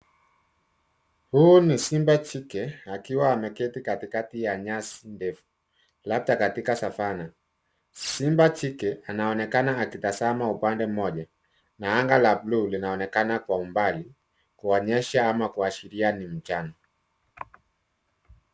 Huyu ni simba jike akiwa ameketi katikati ya nyasi ndefu labda katika savannah . Simba jike anaonekana akitazama upande mmoja na anga la buluu linaonekana kwa umbali kuonyesha ama kuashiria ni mchana.